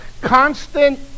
constant